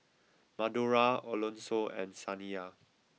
Madora Alonso and Saniya